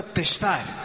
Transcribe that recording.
testar